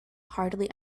hardly